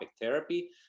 therapy